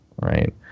Right